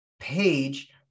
page